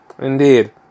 Indeed